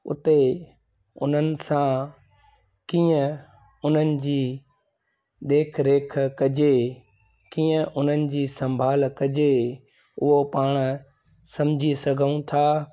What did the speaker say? उते उन्हनि सां कीअं उन्हनि जी देख रेख कजे कीअं उन्हनि जी संभाल कजे उहो पाण समुझी सघूं था